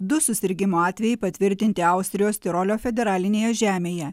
du susirgimo atvejai patvirtinti austrijos tirolio federalinėje žemėje